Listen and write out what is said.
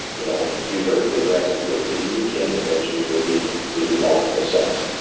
you know be very progressive. go as deep as you can. eventually go deeper. just do multiple sets.